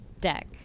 deck